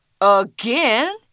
Again